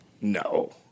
No